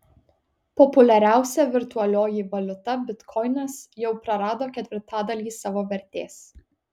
populiariausia virtualioji valiuta bitkoinas jau prarado ketvirtadalį savo vertės